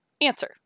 Answer